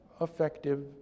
effective